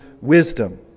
wisdom